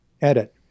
edit